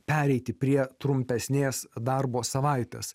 pereiti prie trumpesnės darbo savaitės